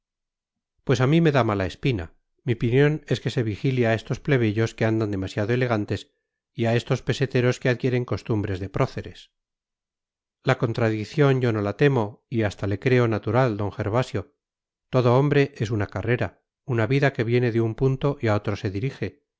pues a mí me da mala espina mi opinión es que se vigile a estos plebeyos que andan demasiado elegantes y a estos peseteros que adquieren costumbres de próceres la contradicción yo no la temo y hasta le creo natural d gervasio todo hombre es una carrera una vida que viene de un punto y a otro se dirige